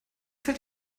fällt